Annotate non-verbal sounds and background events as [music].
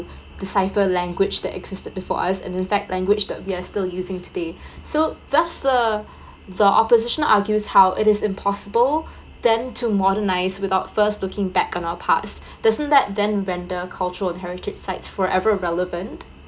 decipher language that existed before us in fact language that we are still using today [breath] so thus the the opposition argues how it is impossible [breath] then to modernize without first looking back on our past [breath] doesn't that than vendor culture and heritage site forever relevant